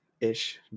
ish